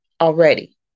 already